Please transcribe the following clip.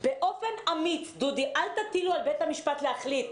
באופן אמיץ, דודי, אל תטילו על בית המשפט להחליט.